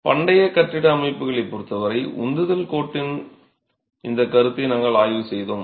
பண்டைய கட்டிட அமைப்புகளைப் பொருத்தவரை உந்துதல் கோட்டின் இந்த கருத்தை நாங்கள் ஆய்வு செய்தோம்